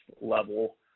level